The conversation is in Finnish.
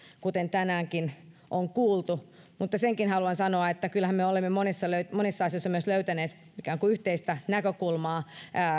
kuten tänäänkin on kuultu mutta senkin haluan sanoa että kyllähän me olemme monissa monissa asioissa myös löytäneet yhteistä näkökulmaa